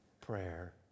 prayer